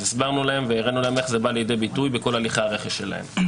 אז הסברנו להן והראינו להן איך זה בא לידי ביטוי בכל הליכי הרכש שלהן.